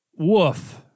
Woof